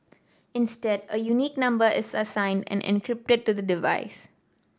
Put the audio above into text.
instead a unique number is assigned and encrypted to the device